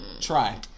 Try